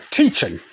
teaching